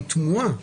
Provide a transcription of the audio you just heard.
היא תמוהה.